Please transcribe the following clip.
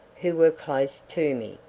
who were close to me.